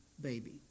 baby